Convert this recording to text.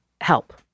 help